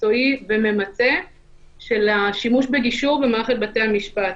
מקצועי וממצה של השימוש בגישור במערכת בתי המשפט.